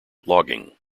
logging